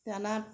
दाना